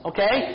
Okay